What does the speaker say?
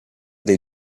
dei